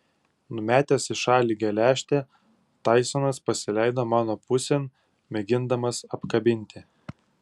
numetęs į šalį geležtę taisonas pasileido mano pusėn mėgindamas apkabinti